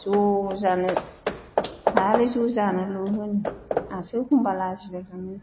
ज' जानो खालि ज' जानोल' होनो आंहासो एख'नबा लाजिलाय लाङो